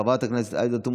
חבר הכנסת משה גפני,